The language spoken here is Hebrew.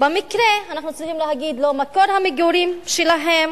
במקרה אנחנו צריכים להגיד לו שמקום המגורים שלהם